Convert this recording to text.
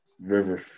River